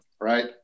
Right